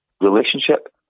relationship